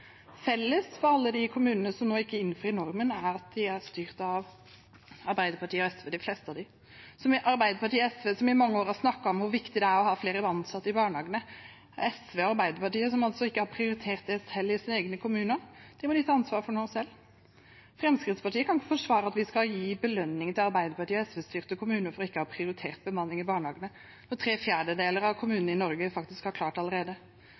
Felles for alle de kommunene som ikke innfrir normen, er at de er styrt av Arbeiderpartiet og SV, de fleste av dem – Arbeiderpartiet og SV, som i mange år har snakket om hvor viktig det er å ha flere ansatte i barnehagene, SV og Arbeiderpartiet, som altså ikke har prioritert det selv i sine egne kommuner. Det må de nå ta ansvar for selv. Fremskrittspartiet kan ikke forsvare at vi skal gi belønning til Arbeiderparti- og SV-styrte kommuner for ikke å ha prioritert bemanning i barnehagene, når tre fjerdedeler av kommunene i Norge faktisk har klart det allerede.